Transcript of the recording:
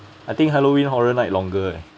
I think halloween horror night longer eh